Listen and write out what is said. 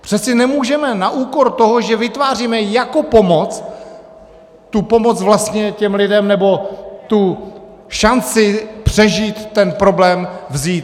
Přece nemůžeme na úkor toho, že vytváříme jako pomoc, tu pomoc vlastně těm lidem, nebo tu šanci přežít ten problém, vzít.